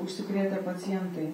užsikrėtę pacientai